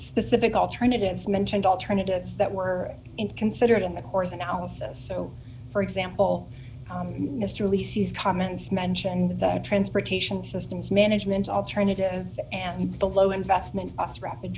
specific alternatives mentioned alternatives that were in considered in the course analysis so for example mr lee sees comments mentioned that transportation systems management alternative and the low investment us rapid